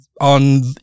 on